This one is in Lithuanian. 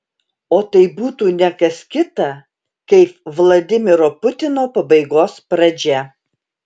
o tai būtų ne kas kita kaip vladimiro putino pabaigos pradžia